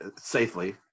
safely